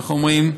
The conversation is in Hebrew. איך אומרים,